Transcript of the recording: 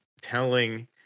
telling